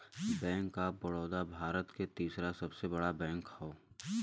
bank of Baroda Bharat के तीसरा सबसे बड़ा बैंक हौ